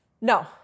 No